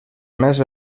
més